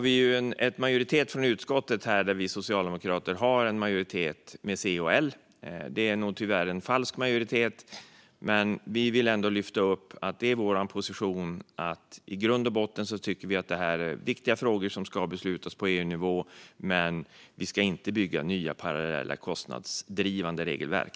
Vi socialdemokrater har i utskottet en majoritet med C och L. Det är nog tyvärr en falsk majoritet. Vår position är i grund och botten att det här är viktiga frågor som ska beslutas på EU-nivå men att vi inte ska bygga nya parallella kostnadsdrivande regelverk.